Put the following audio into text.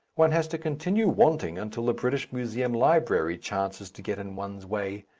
one has to continue wanting until the british museum library chances to get in one's way.